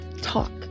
talk